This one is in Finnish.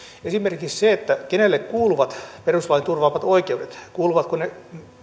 esimerkiksi se kenelle kuuluvat perustuslain turvaamat oikeudet kuuluvatko ne